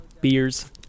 beers